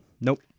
Nope